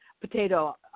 Potato